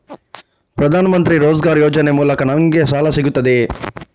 ಪ್ರದಾನ್ ಮಂತ್ರಿ ರೋಜ್ಗರ್ ಯೋಜನೆ ಮೂಲಕ ನನ್ಗೆ ಸಾಲ ಸಿಗುತ್ತದೆಯೇ?